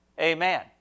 Amen